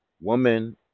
woman